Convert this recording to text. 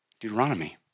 Deuteronomy